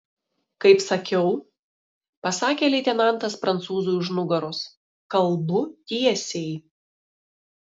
kaip sakiau pasakė leitenantas prancūzui už nugaros kalbu tiesiai